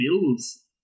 builds